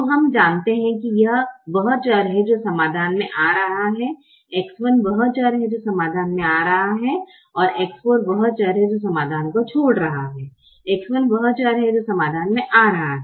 तो अब हम जानते हैं कि यह वह चर है जो समाधान में आ रहा है X 1 वह चर है जो समाधान में आ रहा है X 4 वह चर है जो समाधान को छोड़ रहा है X 1 वह चर है जो समाधान में आ रहा है